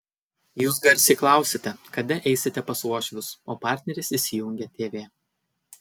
jūs garsiai klausiate kada eisite pas uošvius o partneris įsijungia tv